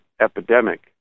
epidemic